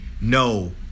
No